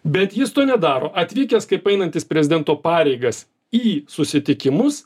bet jis to nedaro atvykęs kaip einantis prezidento pareigas į susitikimus